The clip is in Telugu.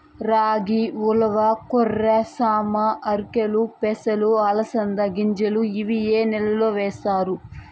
రాగి, ఉలవ, కొర్ర, సామ, ఆర్కెలు, పెసలు, అలసంద గింజలు ఇవి ఏ నెలలో వేస్తారు?